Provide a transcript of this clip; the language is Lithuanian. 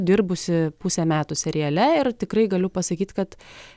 dirbusi pusę metų seriale ir tikrai galiu pasakyt kad